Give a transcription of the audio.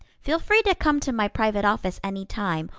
feel free to come to my private office any time,